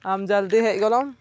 ᱟᱢ ᱡᱚᱞᱫᱤ ᱦᱮᱡ ᱜᱚᱞᱚᱢ